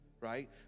Right